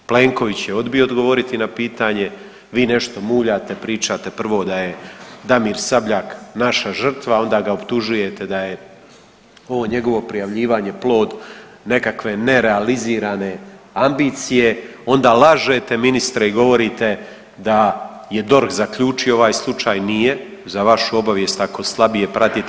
Plenković je odbio odgovoriti na pitanje, vi nešto muljate, pričate prvo da je Damir Sabljak naša žrtva onda ga optužujete da je ovo njegovo prijavljivanje plod nekakve nerealizirane ambicije, onda lažete ministre i govorite da je DORH zaključio ovaj slučaj, nije za vašu obavijest ako slabije pratite.